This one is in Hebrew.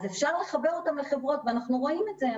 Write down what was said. אז אפשר לחבר אותן לחברות ואנחנו רואים את זה.